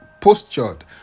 postured